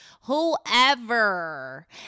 Whoever